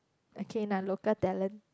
okay nah local talent